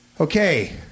Okay